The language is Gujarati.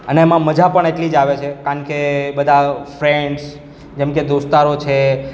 અને એમાં મજા પણ એટલી જ આવે છે કારણ કે બધા ફ્રેન્ડ્સ જેમ કે દોસ્તારો છે